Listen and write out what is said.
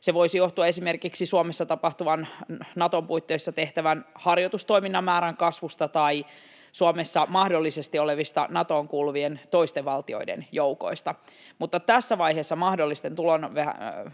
Se voisi johtua esimerkiksi Suomessa tapahtuvan, Naton puitteissa tehtävän harjoitustoiminnan määrän kasvusta tai Suomessa mahdollisesti olevista Natoon kuuluvien toisten valtioiden joukoista. Mutta tässä vaiheessa mahdollisten